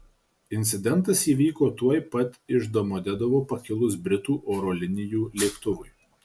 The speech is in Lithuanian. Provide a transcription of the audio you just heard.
incidentas įvyko tuoj pat iš domodedovo pakilus britų oro linijų lėktuvui